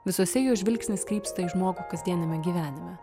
visose jų žvilgsnis krypsta į žmogų kasdieniame gyvenime